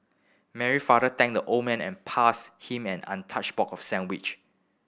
Mary father thanked the old man and passed him an untouched box of sandwich